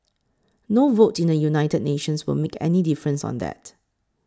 no vote in the United Nations will make any difference on that